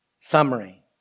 summary